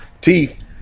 teeth